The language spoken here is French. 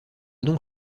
donc